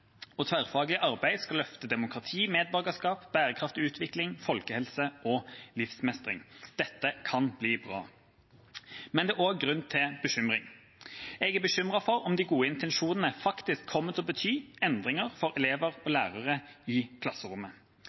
og tverrfaglig arbeid skal løfte demokrati, medborgerskap, bærekraftig utvikling, folkehelse og livsmestring. Dette kan bli bra. Men det er også grunn til bekymring. Jeg er bekymret for om de gode intensjonene faktisk kommer til å bety endringer for elever og lærere i klasserommet.